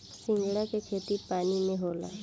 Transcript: सिंघाड़ा के खेती पानी में होला